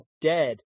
dead